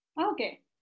Okay